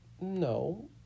No